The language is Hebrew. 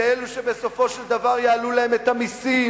זה אלו שבסופו של דבר יעלו להם את המסים,